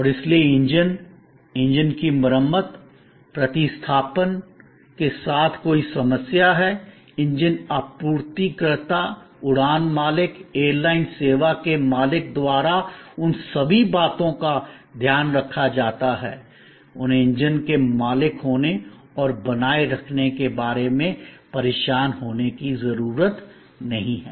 और इसलिए engine engine की मरम्मत प्रतिस्थापन के साथ कोई समस्या है इंजन आपूर्तिकर्ता उड़ान मालिक एयरलाइन सेवा के मालिक द्वारा उन सभी बातों का ध्यान रखा जाता है उन्हें इंजन के मालिक होने और बनाए रखने के बारे में परेशान होने की ज़रूरत नहीं है